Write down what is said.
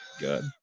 Good